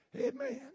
Amen